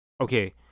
Okay